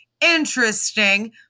interesting